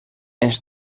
ens